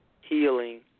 healing